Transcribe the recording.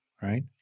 right